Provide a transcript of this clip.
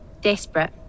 Desperate